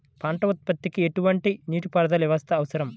పంట ఉత్పత్తికి ఎటువంటి నీటిపారుదల వ్యవస్థ అవసరం?